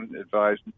advised